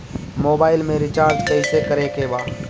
Mobile में recharge कइसे करे के बा?